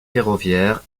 ferroviaires